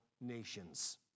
nations